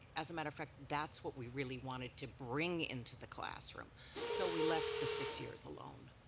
as a matter of fact that's what we really wanted to bring into the classroom so we left the six years alone.